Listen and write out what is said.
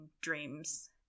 dreams